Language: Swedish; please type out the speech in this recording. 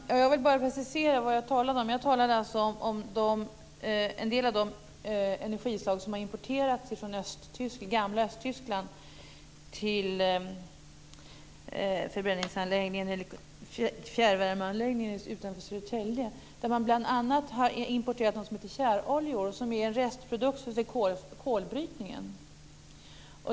Herr talman! Jag vill bara precisera vad jag talade om. Jag talade alltså om en del av de energislag som har importerats från det gamla Östtyskland till fjärrvärmeanläggningen utanför Södertälje. Man har bl.a. importerat något som heter tjäroljor och som är en restprodukt från kolbrytningen.